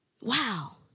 Wow